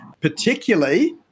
particularly